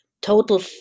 total